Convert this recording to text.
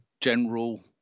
general